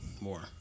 more